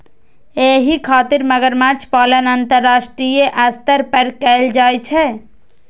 एहि खातिर मगरमच्छ पालन अंतरराष्ट्रीय स्तर पर कैल जाइ छै